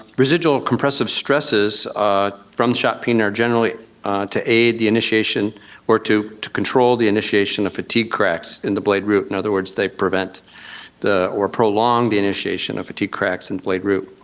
residual compressive stresses from shot peening are generally to aid the initiation or to to control the initiation of fatigue cracks in the blade root, in other words they prevent or prolong the initiation of fatigue cracks and blade root,